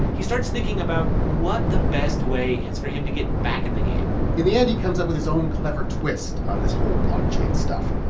he starts thinking about what the best way is for him to get back in the game in the end, he comes up with his own clever twist on this whole blockchain stuff.